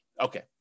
Okay